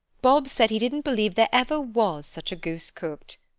bob said he didn't believe there ever was such a goose cooked.